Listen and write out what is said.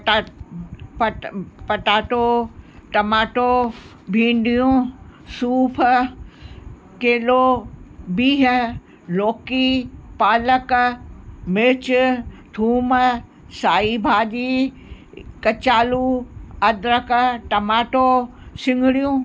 पट पट potato tomato भिंडियूं सूफ केलो बिह लौकी पालक मिर्चु थूम साई भाॼी कचालू अद्रक टमाटो सिंगरियूं